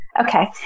okay